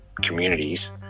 communities